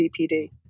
BPD